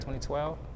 2012